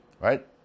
right